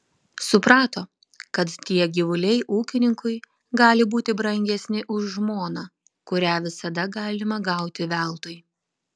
suprato kad tie gyvuliai ūkininkui gali būti brangesni už žmoną kurią visada galima gauti veltui